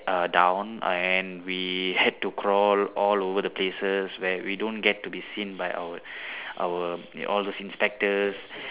err down and we had to crawl all over the places where we don't get to be seen by our our all those inspectors